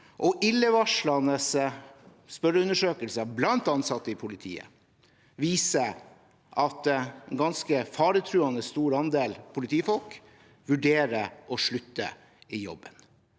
Illevarslende spørreundersøkelser blant ansatte i politiet viser at en ganske faretruende stor andel politifolk vurderer å slutte i jobben.